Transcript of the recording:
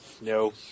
no